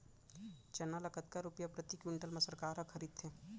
चना ल कतका रुपिया प्रति क्विंटल म सरकार ह खरीदथे?